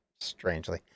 strangely